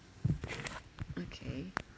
okay